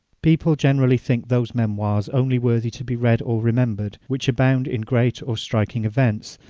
people generally think those memoirs only worthy to be read or remembered which abound in great or striking events,